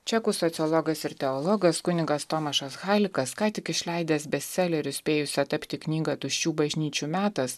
čekų sociologas ir teologas kunigas tomašas halikas ką tik išleidęs bestseleriu spėjusią tapti knygą tuščių bažnyčių metas